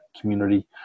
community